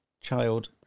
child